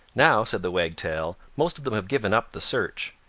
now, said the wagtail, most of them have given up the search.